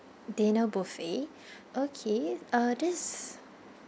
dinner buffet okay uh this